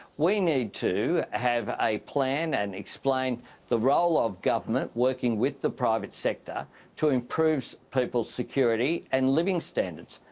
we need to have a plan and explain the role of government working with the private sector to improve people's security and living standards.